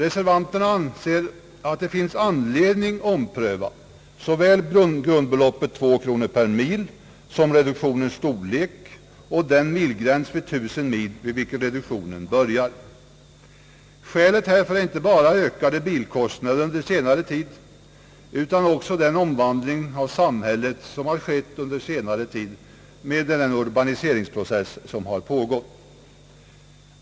Reservanterna anser, att det finns anledning att ompröva såväl grundbeloppet 2 kronor som reduktionens storlek och den gräns vid 1 000 mil vid vilken reduktionen börjar. Skälet härför är inte bara den ökning av bilkostnaderna, som skett under senare tid, utan också den omvandling av samhället som med hänsyn till den pågående urbaniseringsprocessen har ägt rum under senare tid.